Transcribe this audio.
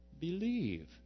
believe